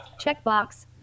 checkbox